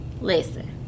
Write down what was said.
listen